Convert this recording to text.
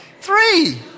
three